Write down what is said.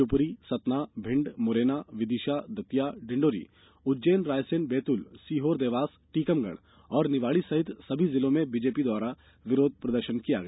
शिवपुरी सतना भिण्ड मुरैना विदिशा दतिया डिण्डौरी उज्जैन रायसेन बैतूल सीहोर देवास टीकमगढ़ और निवाड़ी सहित सभी जिलों में भाजपा द्वारा विरोध प्रदर्शन किया गया